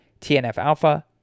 TNF-alpha